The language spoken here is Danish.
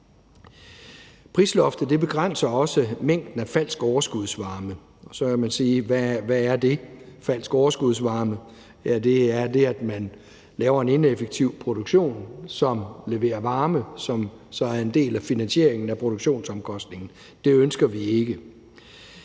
Prisloftet begrænser også mængden af falsk overskudsvarme. Og så kan man sige: Hvad er det, altså falsk overskudsvarme? Det er det, at man laver en ineffektiv produktion, som leverer varme, som så er en del af finansieringen af produktionsomkostningen. Det ønsker vi ikke.